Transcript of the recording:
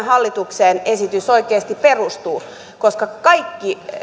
hallituksen esitys oikeasti perustuu koska kaikki